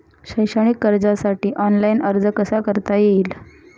शैक्षणिक कर्जासाठी ऑनलाईन अर्ज कसा करता येईल?